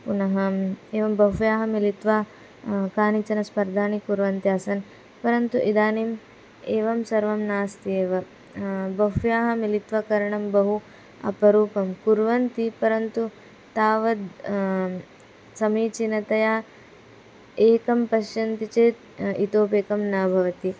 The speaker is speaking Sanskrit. पुनः एवं बह्व्यः मिलित्वा कानिचन स्पर्धाणि कुर्वन्ति आसन् परन्तु इदानीम् एवं सर्वं नास्ति एव बह्व्यः मिलित्वा करणं बहु अपरूपं कुर्वन्ति परन्तु तावद् समीचीनतया एकं पश्यन्ति चेत् इतोप्येकं न भवति